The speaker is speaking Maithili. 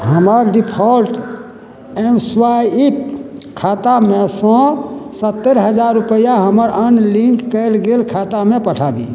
हमर डिफॉल्ट एमस्वाइप खातामे सँ सत्तरि हजार रुपैआ हमर अन्य लिंक कयल गेल खातामे पठाबी